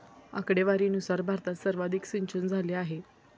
आकडेवारीनुसार भारतात सर्वाधिक सिंचनझाले आहे